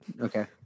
Okay